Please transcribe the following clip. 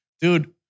dude